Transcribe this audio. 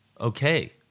Okay